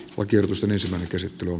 oikeutusta myös käsittelyn